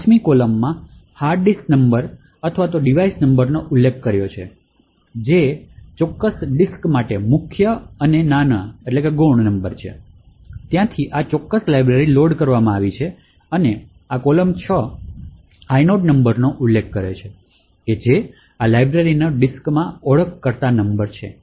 5 મી કોલમમાં hard disk number અથવા ડિવાઇસ નંબરનો ઉલ્લેખ કર્યો છે જે તે ચોક્કસ ડિસ્ક માટે મુખ્ય અને નાના નંબર છે જ્યાંથી આ ચોક્કસ લાઇબ્રેરિ લોડ કરવામાં આવી છે અને આ કોલમ 6 આઇ નોડ નંબરનો ઉલ્લેખ કરે છે જે આ લાઇબ્રેરિ નો ડિસ્કમાં ઓળખકર્તા છે